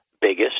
biggest